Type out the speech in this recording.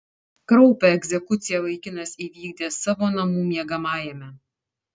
kraupią egzekuciją vaikinas įvykdė savo namų miegamajame